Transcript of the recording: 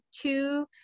two